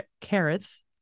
carrots